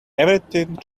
everything